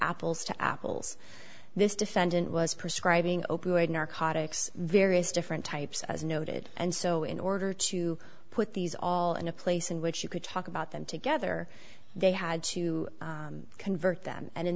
apples to apples this defendant was prescribing opioid narcotics various different types as noted and so in order to put these all in a place in which you could talk about them together they had to convert them and in